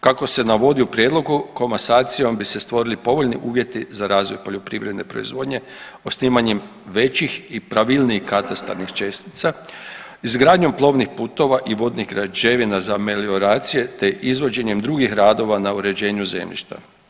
Kako se navodi u prijedlogu komasacijom se stvorili povoljni uvjeti za razvoj poljoprivredne proizvodnje osnivanjem većih i pravilnijih katastarskih čestica, izgradnjom plovnih putova i vodnih građevina za melioracije te izvođenjem drugih radova na uređenju zemljišta.